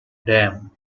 dame